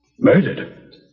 Murdered